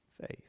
faith